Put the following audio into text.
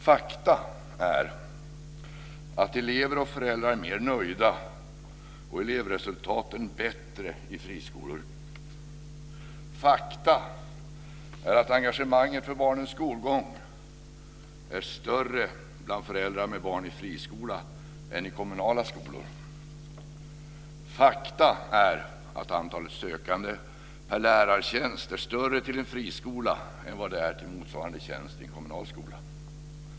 Fakta är att elever och föräldrar är mer nöjda och elevresultaten bättre i friskolor. Fakta är att engagemanget för barnens skolgång är större bland föräldrar med barn i friskola än i kommunala skolor. Fakta är att antalet sökande per lärartjänst är större till en friskola än till motsvarande tjänst i en kommunal skola.